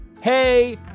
Hey